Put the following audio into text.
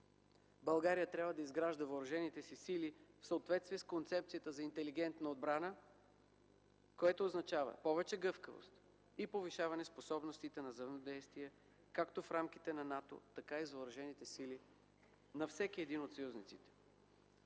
България трябва да изгражда въоръжените си сили в съответствие с концепцията за интелигентна отбрана, което означава повече гъвкавост и повишаване способностите за взаимодействие както в рамките на НАТО, така и за въоръжените сили на всеки един от съюзниците.